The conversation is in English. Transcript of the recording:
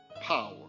power